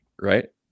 right